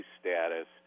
status